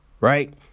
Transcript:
right